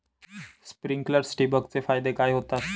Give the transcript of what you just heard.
Sprinklers ठिबक चे फायदे काय होतात?